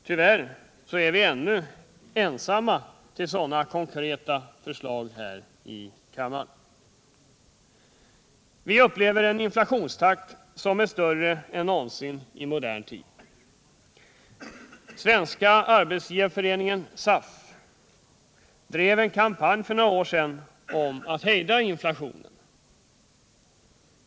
Tyvärr är vi ännu ensamma om sådana konkreta förslag här i kammaren. Vi upplever en inflationstakt som är större än någonsin i modern tid. Svenska arbetsgivareföreningen, SAF, drev en kampanj för några år sedan om att man skulle hejda inflationen.